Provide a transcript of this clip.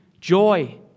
joy